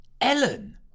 Ellen